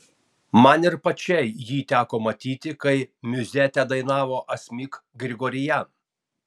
man ir pačiai jį teko matyti kai miuzetę dainavo asmik grigorian